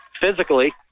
physically